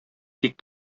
тик